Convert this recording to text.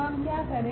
तो हम क्या करें